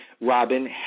robin